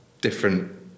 different